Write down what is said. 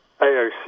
AOC